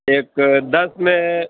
ایک دس میں